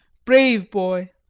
brave boy.